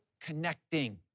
connecting